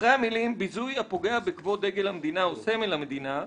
אחרי המילים "ביזוי הפוגע בכבוד דגל המדינה או סמל המדינה",